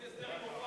תעשי הסדר עם מופז.